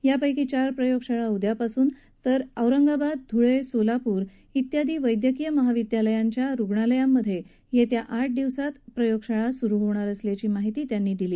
यापैकी चार प्रयोगशाळा उद्यापासून तर औरंगाबाद धुळे सोलापूर आदी वैद्यकीय महाविद्यालयांच्या रुग्णालयांमध्ये येत्या आठ दिवसांत या प्रयोगशाळा सुरू होणार असल्याची माहिती टोपे यांनी दिली